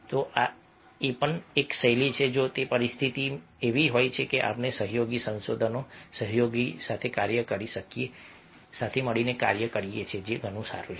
તો આ પણ એક શૈલી છે કે જો પરિસ્થિતિ એવી હોય કે આપણે સહયોગી સંશોધન સહયોગી કાર્ય કરી શકીએ તો તે વધુ સારું છે